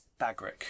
Bagric